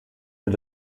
mit